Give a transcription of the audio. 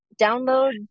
Download